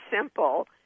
simple